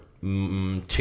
two